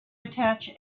attach